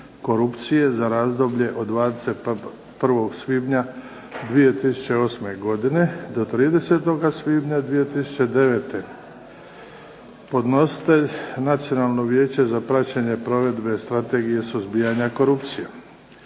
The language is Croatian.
za razdoblje od 21. svibnja 2008. do 30. svibnja 2009. godine Podnositelj: Nacionalno vijeće za praćenje provedbe strategije suzbijanja korupcije